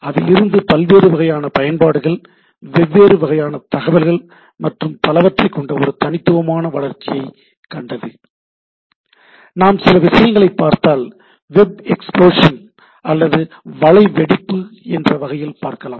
அதிலிருந்து பல்வேறு வகையான பயன்பாடுகள் வெவ்வேறு வகையான தகவல்கள் மற்றும் பலவற்றைக் கொண்ட ஒரு தனித்துவமான வளர்ச்சியைக் கண்டது நாம் சில விஷயங்களைப் பார்த்தால் வெப் எக்ஸ்பிளோஷன் அல்லது வலை வெடிப்பு என்ற வகையில் பார்க்கலாம்